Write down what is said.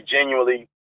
genuinely